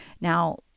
Now